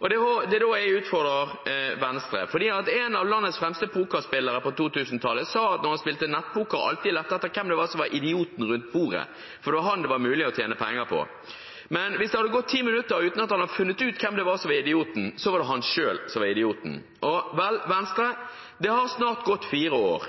Det er da jeg utfordrer Venstre: En av landets fremste pokerspillere på 2000-tallet sa at når han spilte nettpoker, lette han alltid etter hvem som var idioten rundt bordet, for det var ham det var mulig å tjene penger på. Men hvis det hadde gått ti minutter uten at han hadde funnet ut hvem det var som var idioten, var det han selv som var det. Vel, Venstre: Det har snart gått fire år.